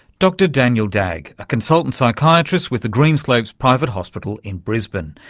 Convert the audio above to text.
dr daniel dagge, a consultant psychiatrist with the greenslopes private hospital in brisbane.